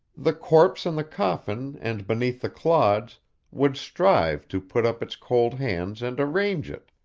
the corpse in the coffin and beneath the clods would strive to put up its cold hands and arrange it.